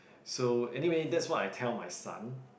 so anyway that's what I tell my son